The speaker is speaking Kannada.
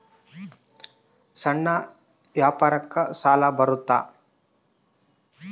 ಸಣ್ಣ ವ್ಯಾಪಾರಕ್ಕ ಸಾಲ ಬರುತ್ತಾ?